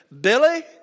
Billy